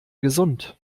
gesund